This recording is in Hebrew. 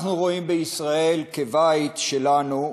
אנחנו רואים בישראל בית שלנו,